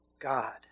God